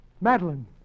Madeline